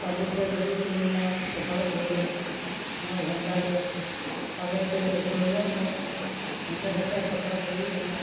ᱴᱟᱺᱰᱤ ᱨᱮ ᱫᱩᱲᱩᱵ ᱛᱤᱸᱜᱩᱱᱟᱢ ᱠᱚᱥᱚᱨᱚᱛ ᱜᱷᱚᱲᱤ ᱚᱱᱟ ᱜᱷᱚᱱᱴᱟ ᱜᱮ ᱛᱟᱵᱮᱨ ᱛᱤᱸᱜᱩ ᱤᱠᱲᱩᱢᱚᱜ ᱢᱮ ᱚᱱᱠᱟ ᱠᱟᱛᱮ ᱦᱚᱸ ᱠᱚᱥᱨᱚᱛ ᱦᱩᱭᱩᱜ ᱠᱟᱱᱟ